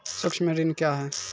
सुक्ष्म ऋण क्या हैं?